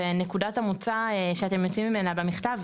זה נקודת המוצא שאתם יוצאים ממנה במכתב,